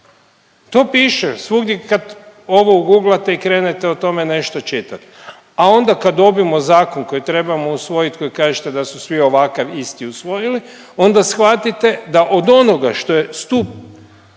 To piše svugdje kad ovo uguglate i krenete o tome nešto čitat, a onda kad dobimo zakon koji trebamo usvojit i koji kažete da su svi ovakav isti usvojili onda shvatite da od onoga što je stup